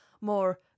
more